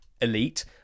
elite